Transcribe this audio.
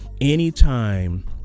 anytime